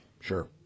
Sure